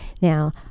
now